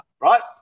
Right